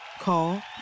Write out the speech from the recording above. Call